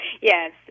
Yes